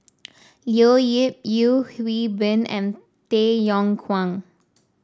Leo Yip Yeo Hwee Bin and Tay Yong Kwang